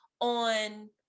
on